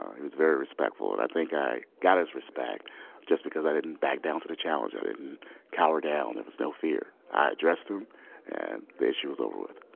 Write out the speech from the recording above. he was very respectful, and i think i got his respect just because i didn't back down to the challenge. i didn't cower down. there was no fear. i addressed him and the issue was over with.